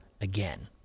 again